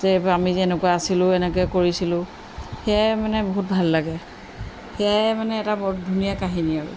যে আমি যেনেকুৱা আছিলোঁ এনেকৈ কৰিছিলোঁ সেয়াই মানে বহুত ভাল লাগে সেয়াই মানে এটা বৰ ধুনীয়া কাহিনী আৰু